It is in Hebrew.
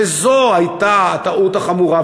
וזו הייתה הטעות החמורה.